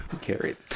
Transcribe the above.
Carry